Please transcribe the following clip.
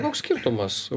koks skirtumas